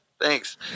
thanks